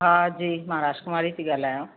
हा जी मां राजकुमारी थी ॻाल्हायां